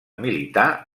militar